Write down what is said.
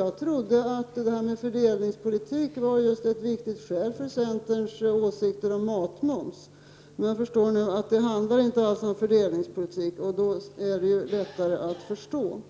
Jag trodde att fördelningspolitik var ett viktigt skäl för centerns åsikter om matmoms. Jag inser nu att det inte alls handlar om fördelningspolitik, och då är det hela lättare att förstå.